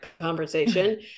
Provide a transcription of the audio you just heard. conversation